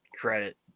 credit